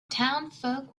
townsfolk